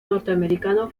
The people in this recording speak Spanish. norteamericano